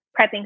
prepping